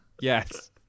Yes